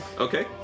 Okay